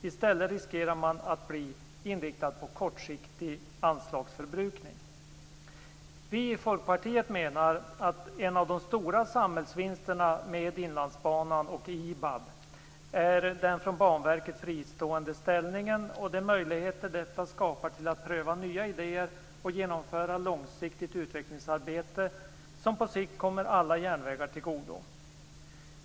I stället riskerar man att bli inriktad på kortsiktig anslagsförbrukning. Vi i Folkpartiet menar att en av de stora samhällsvinsterna är att Inlandsbanan och IBAB har en från Banverket fristående ställning. Detta skapar möjligheter till att pröva nya idéer och genomföra långsiktigt utvecklingsarbete som på sikt kommer alla järnvägar till godo.